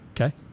Okay